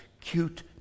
cute